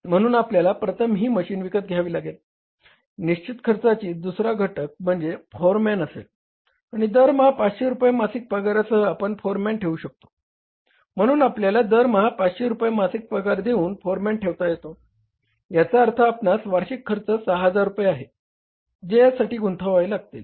म्हणून आपल्याला प्रथम ही मशीन विकत घ्यावी लागेल निश्चित खर्चाचा दुसरा घटक म्हणजे फोरमॅन असेल आणि दरमहा 500 रुपये मासिक पगारासह आपण फोरमॅन ठेवू शकतो म्हणून आपल्याला दरमहा 500 रुपये मासिक पगार देऊन फोरमॅन ठेवता येतो याचा अर्थ आपणास वार्षिक खर्च 6000 रुपये आहे जे यासाठी गुंतवावे लागतील